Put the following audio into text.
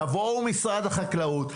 תבואו משרד החקלאות,